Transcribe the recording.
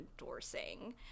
endorsing